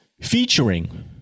featuring